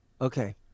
Okay